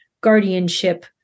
guardianship